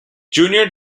junior